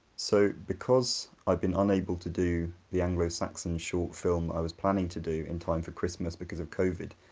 so, because i've been unable to do the anglo-saxon short film i was planning to do in time for christmas because of covid,